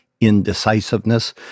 indecisiveness